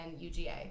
UGA